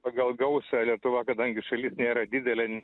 pagal gausą lietuva kadangi šalis nėra didelė